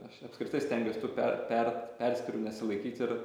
aš apskritai stengiuos tų per pert perskyrų nesilaikyt ir